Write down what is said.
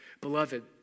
Beloved